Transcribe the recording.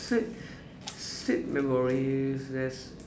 s~ sad memories there's